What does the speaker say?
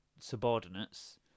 subordinates